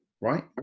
Right